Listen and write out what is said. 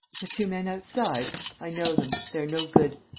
the two men outside i know them. they're no good.